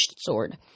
sword